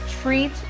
Treat